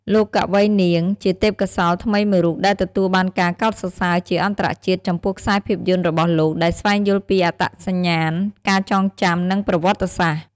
លោក កវី នាង ជាទេពកោសល្យថ្មីមួយរូបដែលទទួលបានការកោតសរសើរជាអន្តរជាតិចំពោះខ្សែភាពយន្តរបស់លោកដែលស្វែងយល់ពីអត្តសញ្ញាណ ការចងចាំ និងប្រវត្តិសាស្ត្រ។